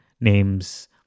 names